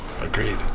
agreed